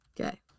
Okay